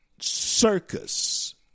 circus